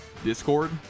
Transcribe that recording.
discord